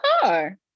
car